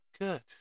good